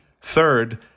Third